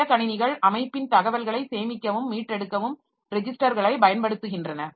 சில கணினிகள் அமைப்பின் தகவல்களை சேமிக்கவும் மீட்டெடுக்கவும் ரெஜிஸ்டர்களை பயன்படுத்துகின்றன